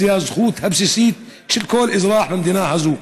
זו הזכות הבסיסית של כל אזרח במדינה הזאת.